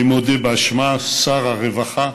אני מודה באשמה, שר הרווחה,